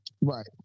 Right